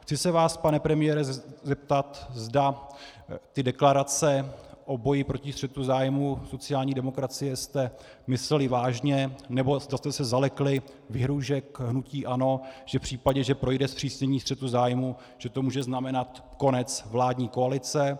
Chci se vás, pane premiére, zeptat, zda ty deklarace o boji proti střetu zájmů, sociální demokracie, jste mysleli vážně, nebo zda jste se zalekli výhrůžek hnutí ANO, že v případě, že projde zpřísnění střetu zájmů, že to může znamenat konec vládní koalice.